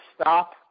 stop